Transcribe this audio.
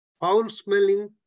foul-smelling